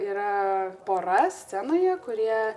yra pora scenoje kurie